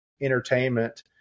entertainment